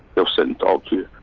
they'll sit and talk to